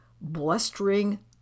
blustering